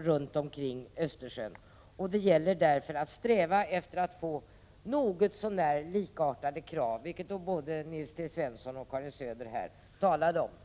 runt Östersjön. Då gäller det att sträva efter att länderna ställer någorlunda likartade krav, vilket både Nils T Svensson och Karin Söder talade om. Prot.